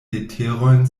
leterojn